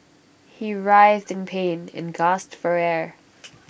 he writhed in pain and gasped for air